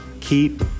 Keep